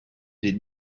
des